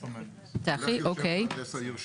--- יושב פה מהנדס העיר שלך.